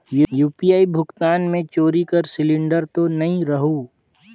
UPI भुगतान मे चोरी कर सिलिंडर तो नइ रहु?